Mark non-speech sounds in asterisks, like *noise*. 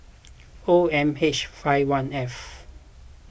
*noise* O M H five one F